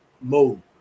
mode